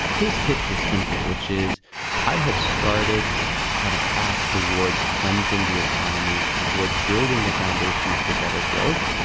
his pitch was simple which is i have started on a path towards cleansing the economy towards building the foundations for better growth.